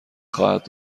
خواهد